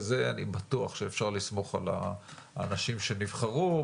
בזה אני בטוח שאפשר לסמוך על האנשים שנבחרו,